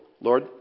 Lord